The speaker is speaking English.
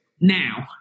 now